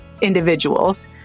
individuals